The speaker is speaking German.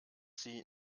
sie